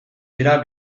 dira